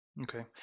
Okay